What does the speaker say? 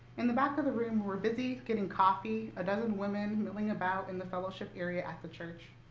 in the back of the room, we were busy getting coffee, a dozen women milling about in the fellowship area at the church.